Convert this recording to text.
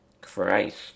Christ